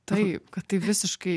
taip kad tai visiškai